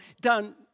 done